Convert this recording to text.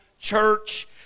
church